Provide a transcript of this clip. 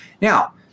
Now